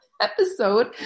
episode